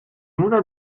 una